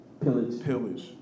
Pillage